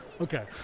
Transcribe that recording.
Okay